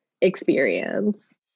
experience